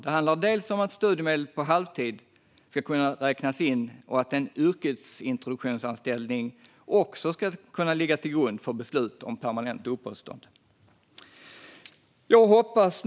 Det handlar om att studiemedel på halvtid ska kunna räknas in och att en yrkesintroduktionsanställning också ska kunna ligga till grund för beslut om permanent uppehållstillstånd. Fru talman!